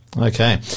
Okay